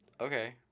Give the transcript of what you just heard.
Okay